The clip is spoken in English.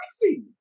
crazy